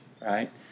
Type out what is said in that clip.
right